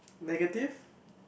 negative